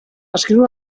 escriu